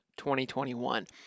2021